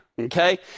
okay